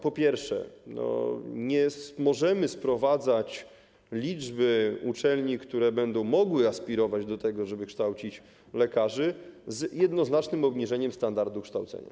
Po pierwsze, nie możemy łączyć liczby uczelni, które będą mogły aspirować do tego, żeby kształcić lekarzy, z jednoznacznym obniżeniem standardu kształcenia.